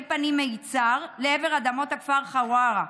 פנים מיצהר לעבר אדמות הכפר חווארה.